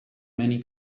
many